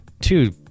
two